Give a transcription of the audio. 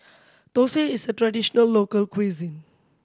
thosai is a traditional local cuisine